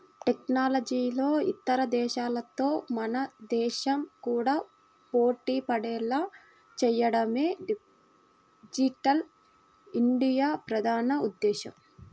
టెక్నాలజీలో ఇతర దేశాలతో మన దేశం కూడా పోటీపడేలా చేయడమే డిజిటల్ ఇండియా ప్రధాన ఉద్దేశ్యం